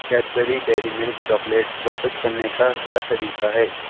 Cadbury Dairy Milk chocolate واپس کرنے کا کیا طریقہ ہے